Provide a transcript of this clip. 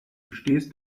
stehst